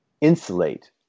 insulate